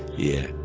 yeah